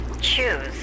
choose